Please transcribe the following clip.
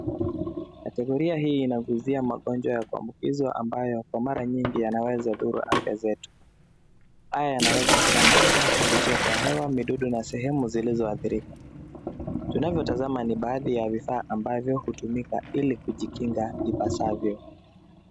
Kategoria hii inaguzia magonjwa ya kuambukizwa ambayo kwa mara nyingi yanaweza dhuru afya zetu. Haya yanaweza kusambazwa kupitia kwa hewa, midudu na sehemu zilizoathirika. Tunavyotazama ni baadhi ya vifaa ambavyo hutumika ili kujikinga ipasavyo.